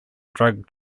drug